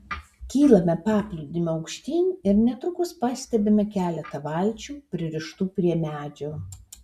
kylame paplūdimiu aukštyn ir netrukus pastebime keletą valčių pririštų prie medžio